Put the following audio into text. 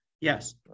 Yes